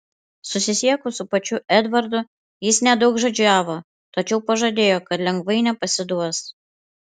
susisiekus su pačiu edvardu jis nedaugžodžiavo tačiau pažadėjo kad lengvai nepasiduos